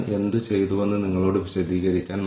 എന്നിട്ട് നോക്കാം ഇവരുടെ വിശ്വസ്തത എന്താണെന്ന്